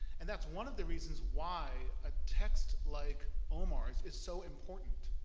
and that's one of the reasons why a text like omar's is so important,